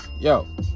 yo